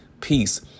peace